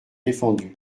défendus